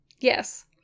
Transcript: Yes